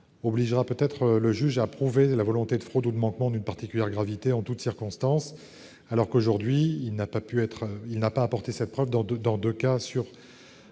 obligera peut-être le juge à prouver la volonté de fraude ou de manquement d'une particulière gravité en toutes circonstances, alors que, à l'heure actuelle, il ne peut apporter cette preuve dans deux cas sur